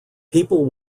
people